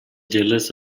jealous